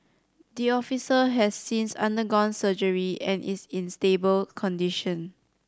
the officer has since undergone surgery and is in stable condition